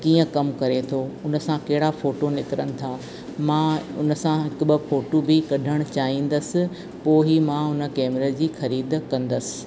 कीअं कम करे थो हुनसां कहिड़ा फ़ोटो निकरनि था मां उनसां हिकु ॿ फ़ोटू बि कढण चाहिंदसि पोइ ई मां उन कैमरा जी ख़रीद कंदसि